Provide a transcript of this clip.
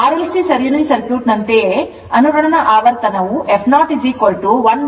RLC ಸರಣಿ circuit ನಂತೆ ಅನುರಣನ ಆವರ್ತನವು f 012 pI√ L C Hertz ಆಗಿದೆ